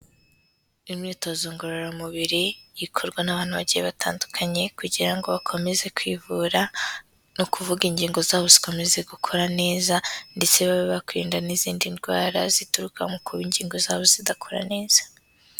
Imyitozo ngororamubiri ikorwa n'abantu bagiye batandukanye kugira ngo bakomeze kwivura, no kuvuga ingingo zabo zikomeza gukora neza ndetse bakwirinda n'izindi ndwara zituruka mu kuba ingingo zabo zidakora neza.